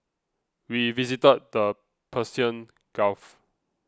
we visited the Persian Gulf